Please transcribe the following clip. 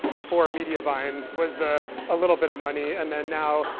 before mediavine was the a little bit of money. and then now,